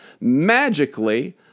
magically